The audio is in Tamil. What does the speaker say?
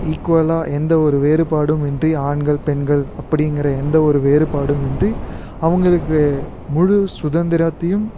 ஈக்குவலாக எந்த ஒரு வேறுபாடும் இன்றி ஆண்கள் பெண்கள் அப்படிங்கிற எந்த ஒரு வேறுபாடும் இன்றி அவங்களுக்கு முழு சுதந்திரத்தையும்